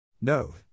No